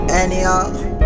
anyhow